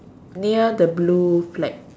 near the blue flag